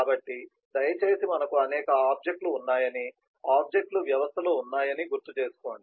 కాబట్టి దయచేసి మనకు అనేక ఆబ్జెక్ట్ లు ఉన్నాయని ఆబ్జెక్ట్ లు వ్యవస్థలో ఉన్నాయని గుర్తు చేసుకోండి